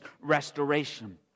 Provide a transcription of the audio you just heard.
restoration